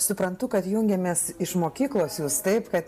suprantu kad jungiamės iš mokyklos jūs taip kad